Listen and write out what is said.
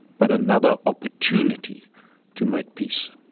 but another opportunity to make peace